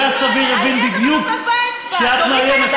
הקורא הסביר הבין בדיוק שאת מאיימת.